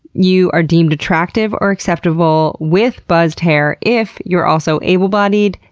you are deemed attractive or acceptable with fuzzed hair if you're also able-bodied,